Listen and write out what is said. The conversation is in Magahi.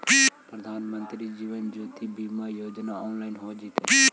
प्रधानमंत्री जीवन ज्योति बीमा योजना ऑनलाइन हो जइतइ